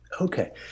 Okay